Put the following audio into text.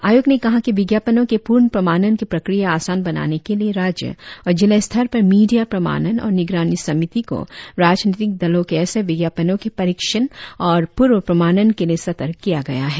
आयोग ने कहा कि विज्ञापनो के पूर्व प्रमाणन की प्रक्रिया आसान बनाने के लिए राज्य और जिला स्तर पर मीडिया प्रमाणन और निगरानी समिति को राजनीतिक दलों के ऐसे विज्ञापनो के परीक्षण और पूर्व प्रमाणन के लिए सतर्क किया गया है